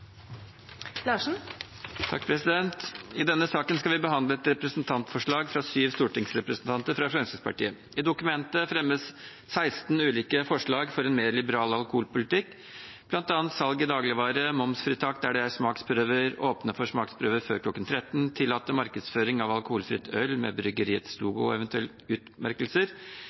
I denne saken skal vi behandle et representantforslag fra syv stortingsrepresentanter fra Fremskrittspartiet. I dokumentet fremmes 16 ulike forslag for en mer liberal alkoholpolitikk, bl.a. salg i dagligvare, momsfritak der det er smaksprøver, åpne for smaksprøver før kl. 13, tillate markedsføring av alkoholfritt øl med bryggeriets logo og eventuelle utmerkelser,